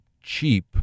cheap